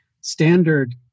standard